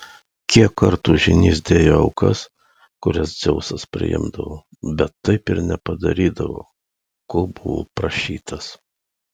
kiek kartų žynys dėjo aukas kurias dzeusas priimdavo bet taip ir nepadarydavo ko buvo prašytas